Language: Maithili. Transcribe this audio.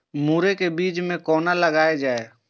मुरे के बीज कै कोना लगायल जाय?